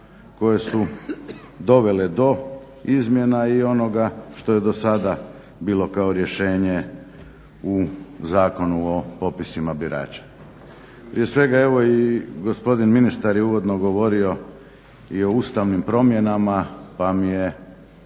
koje su dovele do izmjena i onoga što je dosada bilo kao rješenje u Zakonu o popisima birača. Prije svega evo i gospodin ministar je uvodno govorio i o ustavnim promjenama pa mi je